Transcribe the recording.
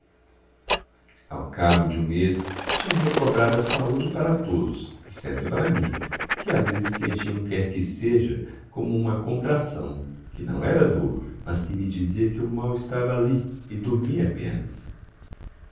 ao cabo de um mês tinha recobrado a saúde para todos exceto para mim que às vezes sentia um quer que seja como uma contração que não era dor mas que me dizia que o mal estava ali e dormia apenas